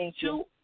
two